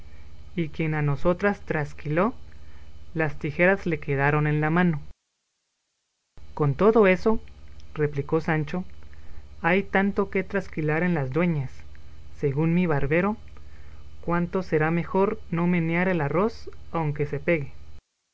y quien a nosotras trasquiló las tijeras le quedaron en la mano con todo eso replicó sancho hay tanto que trasquilar en las dueñas según mi barbero cuanto será mejor no menear el arroz aunque se pegue